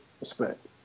respect